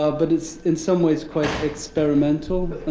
ah but it's, in some ways, quite experimental.